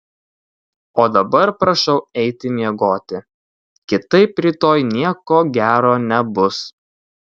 o dabar prašau eiti miegoti kitaip rytoj nieko gero nebus